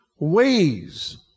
ways